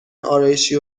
آرایشی